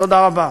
תודה רבה.